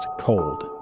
Cold